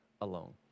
alone